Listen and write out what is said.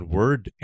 word